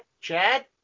Chad